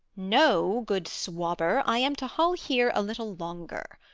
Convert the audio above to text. no, good swabber i am to hull here a little longer.